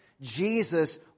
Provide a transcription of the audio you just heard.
Jesus